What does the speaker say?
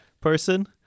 person